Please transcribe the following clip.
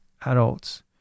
adults